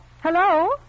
Hello